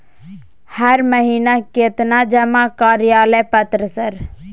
हर महीना केतना जमा कार्यालय पत्र सर?